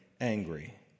angry